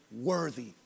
worthy